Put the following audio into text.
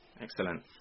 Excellent